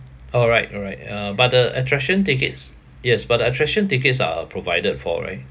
alright alright uh but the attraction tickets yes but the attraction tickets are uh provided for right